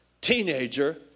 teenager